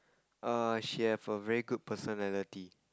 err she have a very good personality